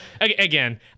Again